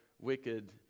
wicked